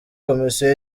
komisiyo